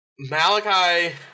Malachi